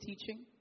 teaching